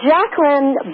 Jacqueline